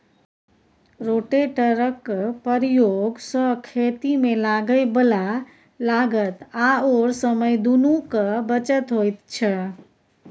रोटेटरक प्रयोग सँ खेतीमे लागय बला लागत आओर समय दुनूक बचत होइत छै